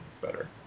better